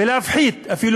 ויפחיתו,